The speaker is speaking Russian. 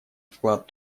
вклад